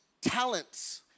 talents